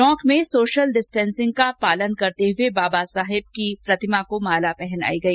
टोक में social distancing का पालन करते हुए बाबा साहेब की प्रतिमा को माला पहनाई गई